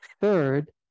Third